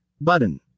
button